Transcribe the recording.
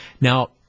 Now